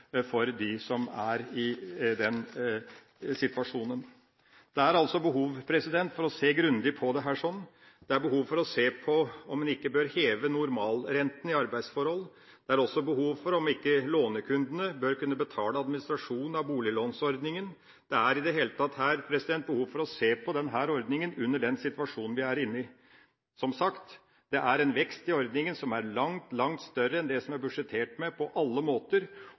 for dem som er i denne situasjonen. Det er altså behov for å se grundig på dette. Det er behov for å se på om en ikke bør heve normalrenta i arbeidsforhold. Det er også behov for å se på om ikke lånekundene bør betale administrasjon av boliglånsordninga. Det er i det hele tatt behov for å se på denne ordninga i den situasjonen vi er i. Det er som sagt en vekst i ordninga som er langt, langt større enn det det er budsjettert med – på alle måter